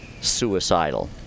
suicidal